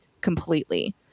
completely